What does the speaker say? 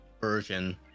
version